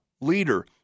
leader